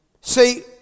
See